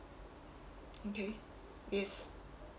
okay yes